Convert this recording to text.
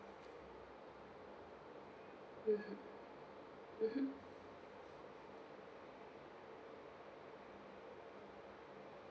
mmhmm mmhmm